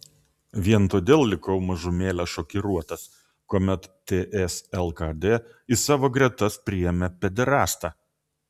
vien todėl likau mažumėlę šokiruotas kuomet ts lkd į savo gretas priėmė pederastą